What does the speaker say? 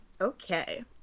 Okay